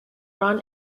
run